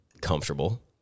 comfortable